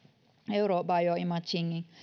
euro bioimagingin